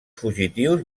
fugitius